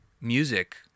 music